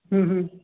ਹੂੰ ਹੂੰ